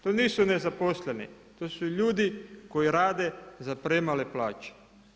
To nisu nezaposleni, to su ljudi koji rade za premale plaće.